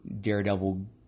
Daredevil